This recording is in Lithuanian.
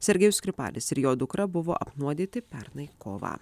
sergėjus skripalis ir jo dukra buvo apnuodyti pernai kovą